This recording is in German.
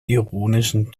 ironischen